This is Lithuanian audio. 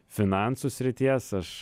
finansų srities aš